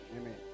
Amen